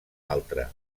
altre